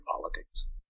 politics